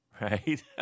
Right